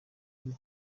y’iri